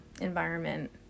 environment